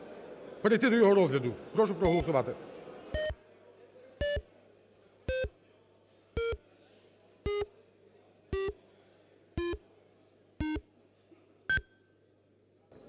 перейти до його розгляду. Прошу проголосувати.